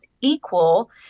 equal